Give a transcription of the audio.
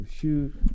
shoot